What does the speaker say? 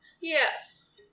Yes